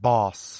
Boss